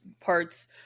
parts